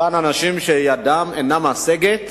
אותם אנשים שידם אינה משגת